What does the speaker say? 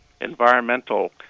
environmental